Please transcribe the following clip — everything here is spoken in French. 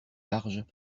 larges